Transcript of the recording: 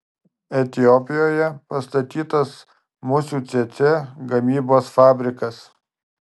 etiopijoje pastatytas musių cėcė gamybos fabrikas